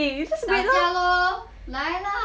打架 lor 来 lah